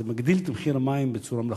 זה מגדיל את מחיר המים בצורה מלאכותית,